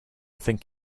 think